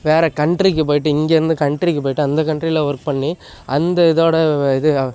வேறு கண்ட்ரிக்கு போயிவிட்டு இங்கேருந்து கண்ட்ரிக்கு போயிவிட்டு அந்த கண்ட்ரியில ஒர்க் பண்ணி அந்த இதோட இது